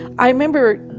i remember,